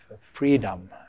freedom